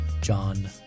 John